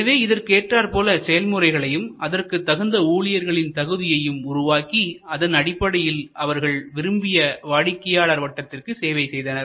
எனவே இதற்கு ஏற்றார் போல் செயல்முறைகளையும் அதற்கு தகுந்த ஊழியர்களின் தகுதியையும் உருவாக்கி அதன் அடிப்படையில் அவர்கள் விரும்பிய வாடிக்கையாளர்வட்டத்திற்கு சேவை செய்தனர்